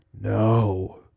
no